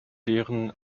deren